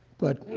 but